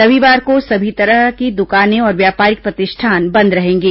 रविवार को सभी तरह की दुकानें और व्यापारिक प्रतिष्ठान बंद रहेंगे